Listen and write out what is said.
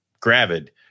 gravid